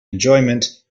enjoyment